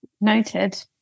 Noted